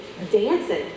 dancing